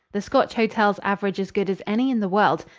the scotch hotels average as good as any in the world.